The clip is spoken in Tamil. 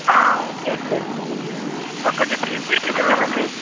ஓகே சார் கொஞ்சம் தி திருப்பி சொல்லலாமா சார்